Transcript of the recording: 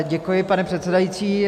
Děkuji, pane předsedající.